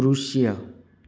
દૃશ્ય